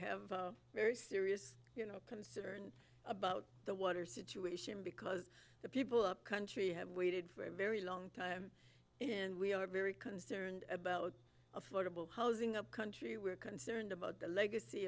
have very serious you consider about the water situation because the people up country have waited for a very long time and we are very concerned about a floatable housing upcountry we're concerned about the legacy